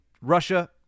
Russia